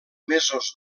mesos